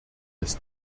des